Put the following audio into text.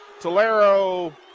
Tolero